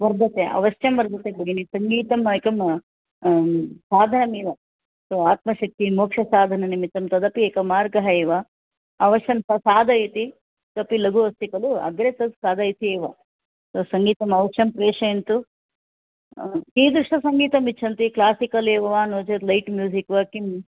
वर्धते अवश्यं वर्धते भगिनि सङ्गीतम् एकं साधनमेव आत्मशक्तिः मोक्षसाधननिमित्तं तदपि एकः मार्गः एव अवश्यं साधयति तदपि लघु अस्ति खलु अग्रे तद् साधयति एव तत् सङ्गीतम् अवश्यं प्रेषयन्तु कीदृशं सङ्गीतमिच्छन्ति क्लासिकल् एव वा नो चेत् लैट् म्यूसिक् वा किम्